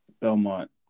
Belmont